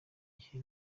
gihe